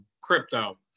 crypto